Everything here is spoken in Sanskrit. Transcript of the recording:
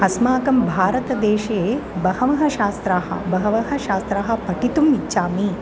अस्माकं भारतदेशे बहवः शास्त्राः बहवः शास्त्राः पठितुम् इच्छामि